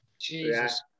Jesus